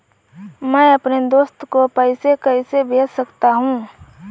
मैं अपने दोस्त को पैसे कैसे भेज सकता हूँ?